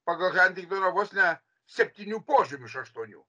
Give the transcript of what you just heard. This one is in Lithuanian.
pagal hardingerio vos ne septynių požymių iš aštuonių